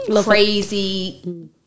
crazy